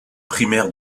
primaires